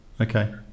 Okay